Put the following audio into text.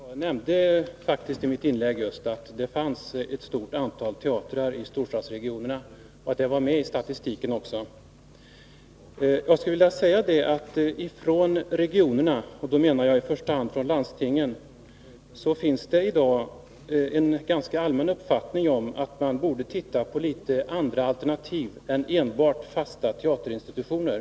Herr talman! Jag nämnde faktiskt i mitt inlägg att det finns ett stort antal teatrar i storstadsregionerna och att dessa också är med i statistiken. I regionerna — och då menar jag i första hand landstingen — finns det i dag en ganska allmänt utbredd uppfattning att man borde se på andra alternativ än på enbart fasta teaterinstitutioner.